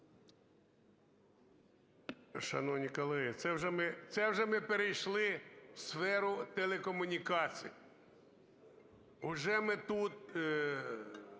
Шановні колеги, це вже ми перейшли у сферу телекомунікацій. Уже ми тут